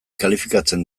kalifikatzen